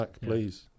please